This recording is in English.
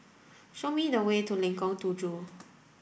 show me the way to Lengkong Tujuh